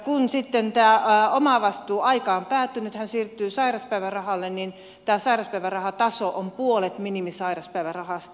kun sitten tämä omavastuuaika on päättynyt ja hän siirtyy sairaspäivärahalle niin tämä sairaspäivärahataso on puolet minimisairaspäivärahasta